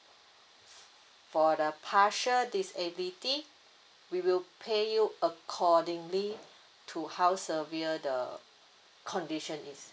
for the partial disability we will pay you accordingly to how severe the condition is